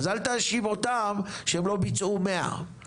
אז אל תאשים אותם שהם לא ביצעו 100,